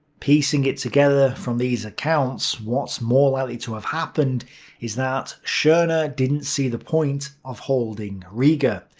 piecing it together from these accounts, what's more likely to have happened is that schorner didn't see the point of holding riga,